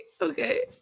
okay